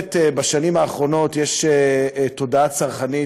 באמת בשנים האחרונות יש תודעה צרכנית